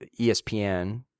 ESPN